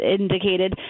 indicated